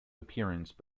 appearance